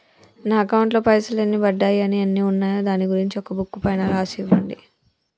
నా అకౌంట్ లో పైసలు ఎన్ని పడ్డాయి ఎన్ని ఉన్నాయో దాని గురించి ఒక బుక్కు పైన రాసి ఇవ్వండి?